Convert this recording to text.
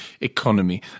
economy